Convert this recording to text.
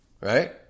right